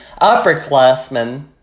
upperclassmen